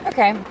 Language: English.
Okay